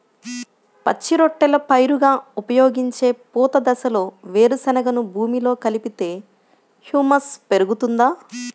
పచ్చి రొట్టెల పైరుగా ఉపయోగించే పూత దశలో వేరుశెనగను భూమిలో కలిపితే హ్యూమస్ పెరుగుతుందా?